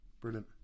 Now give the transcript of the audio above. Brilliant